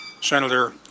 Senator